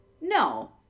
No